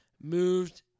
Moved